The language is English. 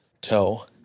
toe